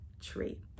tree